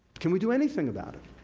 can we do anything about it?